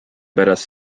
pärast